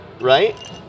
right